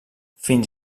fins